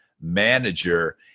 manager